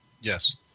Yes